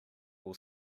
will